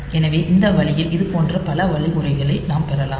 எனவே இந்த வழியில் இதுபோன்ற பல வழிமுறைகளை நாம் பெறலாம்